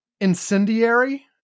incendiary